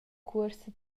cuorsa